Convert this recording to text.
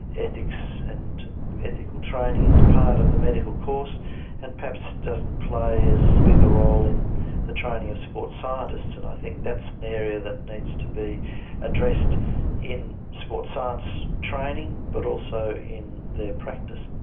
ethics and ethical training is part of the medical course and perhaps doesn't play as big a role in the training of sports scientists and i think that's an area that needs to be addressed in sports science training but also in their practice.